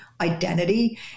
identity